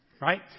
right